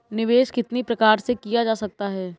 निवेश कितनी प्रकार से किया जा सकता है?